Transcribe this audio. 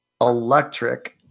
Electric